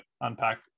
unpack